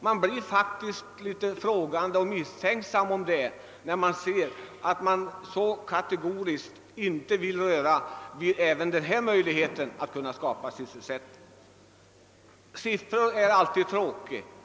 Man blir litet frågande och misstänksam när man ser att inte ens denna mölighet att skapa sysselsättning utnyttjas. Siffror är alltid tråkiga.